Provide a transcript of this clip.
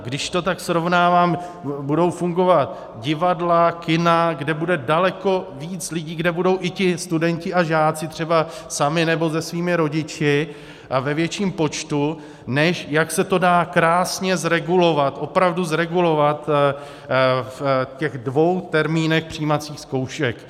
Když to tak srovnávám, budou fungovat divadla, kina, kde bude daleko víc lidí, kde budou i ti studenti a žáci, třeba sami nebo se svými rodiči a ve větším počtu, než jak se to dá krásně zregulovat, opravdu zregulovat, v těch dvou termínech přijímacích zkoušek.